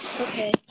Okay